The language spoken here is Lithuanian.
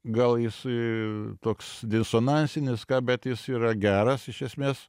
gal jis i toks disonansinis ką bet jis yra geras iš esmės